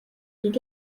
wird